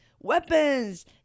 weapons